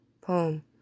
poem